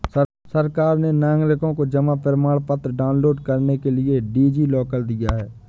सरकार ने नागरिकों को जमा प्रमाण पत्र डाउनलोड करने के लिए डी.जी लॉकर दिया है